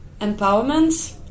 empowerment